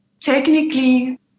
technically